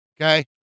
Okay